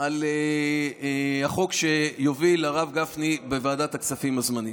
על החוק שיוביל הרב גפני בוועדת הכספים הזמנית.